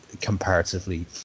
comparatively